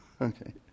Okay